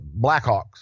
Blackhawks